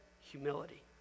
Humility